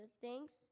Thanks